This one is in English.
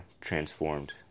transformed